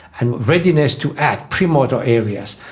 and readiness to act, pre-motor areas.